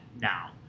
now